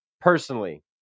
personally